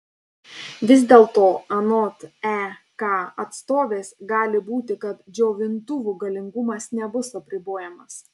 vis dėlto anot ek atstovės gali būti kad džiovintuvų galingumas nebus apribojamas